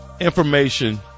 information